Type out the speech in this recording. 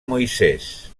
moisès